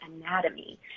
anatomy